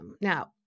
Now